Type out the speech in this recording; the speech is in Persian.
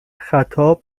خطاب